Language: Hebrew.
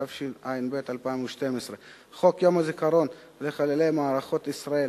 התשע"ב 2012. חוק יום הזיכרון לחללי מערכות ישראל